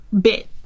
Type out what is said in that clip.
bit